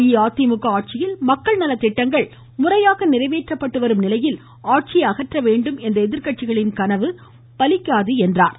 அஇஅதிமுக ஆட்சியில் மக்கள் நலத்திட்டங்கள் முறையாக நிறைவேற்றப்பட்டு வரும் நிலையில் ஆட்சியை அகற்ற வேண்டும் என்ற எதிர்க்கட்சிகளின் கனவு பலிக்காது என்றார்